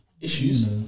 Issues